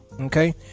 okay